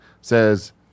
says